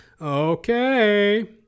Okay